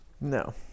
no